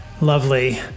Lovely